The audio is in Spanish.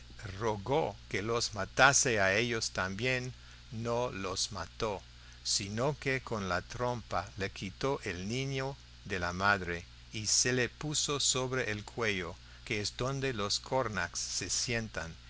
rogó que los matase a ellos también no los mató sino que con la trompa le quitó el niño a la madre y se lo puso sobre el cuello que es donde los cornacs se sientan